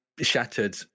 shattered